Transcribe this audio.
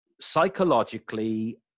Psychologically